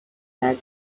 that